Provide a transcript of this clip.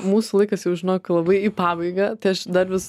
mūsų laikas jau žinok labai į pabaigą tai aš dar vis